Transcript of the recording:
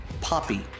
Poppy